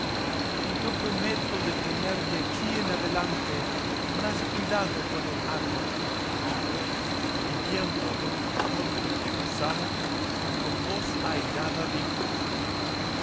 y yo prometo de tener de aquí adelante más cuidado con el hato y viendo don quijote lo que pasaba con voz airada dijo